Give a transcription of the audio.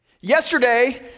Yesterday